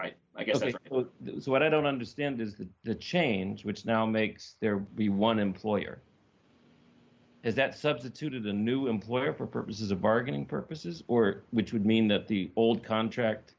right i guess what i don't understand is that the change which now makes there the one employer is that substituted the new employer for purposes of bargaining purposes or which would mean that the old contract